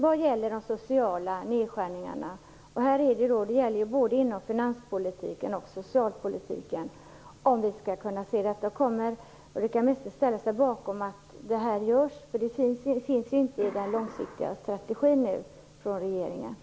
Vi behöver titta närmare på detta både inom finanspolitiken och socialpolitiken. Kommer Ulrica Messing att ställa sig bakom att det här görs? Det finns ju inte med i regeringens långsiktiga strategi.